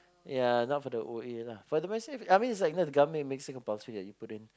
ya not for the O A lah for the Medisave I mean it's like you know the government makes it compulsory that you put in